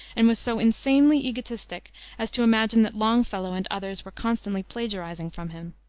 and was so insanely egotistic as to imagine that longfellow and others were constantly plagiarizing from him.